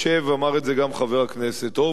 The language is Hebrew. ואמר את זה גם חבר הכנסת הורוביץ,